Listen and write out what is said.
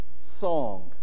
song